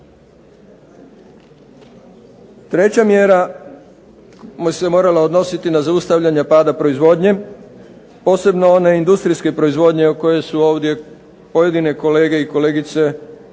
Treća mjera bi se morala odnositi na zaustavljanje pada proizvodnje, posebno one industrijske proizvodnje o kojoj su ovdje pojedine kolege i kolegice mnogo